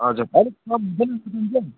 हजुर अलिक मज्जाले